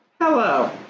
hello